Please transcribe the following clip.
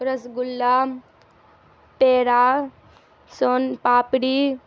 رس گلا پیڑا سون پاپڑی